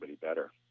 better